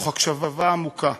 מתוך הקשבה עמוקה,